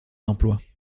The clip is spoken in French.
emploie